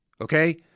okay